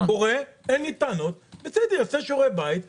אין לי טענות, הוא יעשה שיעורי בית ויעביר.